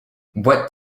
what